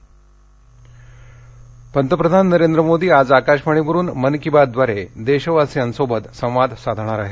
मन की बातः पंतप्रधान नरेंद्र मोदी आज आकाशवाणीवरुन मन की बात द्वारे देशवासियांसोबत संवाद साधणार आहेत